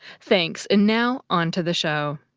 thanks! and now, on to the show.